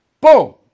Boom